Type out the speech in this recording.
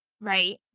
right